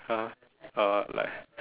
!huh! or like